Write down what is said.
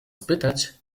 spytać